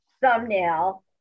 thumbnail